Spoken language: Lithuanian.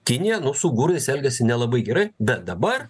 kinija nu su ugurais elgiasi nelabai gerai bet dabar